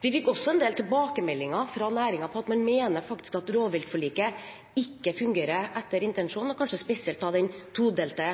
Vi fikk også en del tilbakemeldinger fra næringen på at man faktisk mener at rovviltforliket ikke fungerer etter intensjonen, og kanskje spesielt den todelte